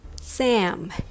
sam